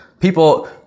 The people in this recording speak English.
People